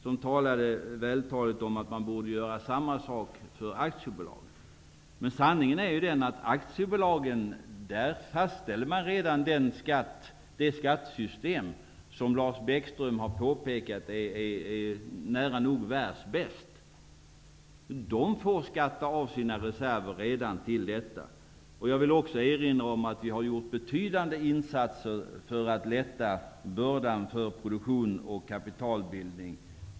Han har vältaligt redogjort för att samma sak borde gälla för aktiebolag. Men sanningen är den att man i fråga om aktiebolagen redan fastställt det skattesystem som Lars Bäckström sagt är nära nog världsbäst. De får ju redan skatta av sina reserver. Vidare vill jag erinra om att vi har gjort betydande insatser för att lätta bördan för produktion och kapitalbildning.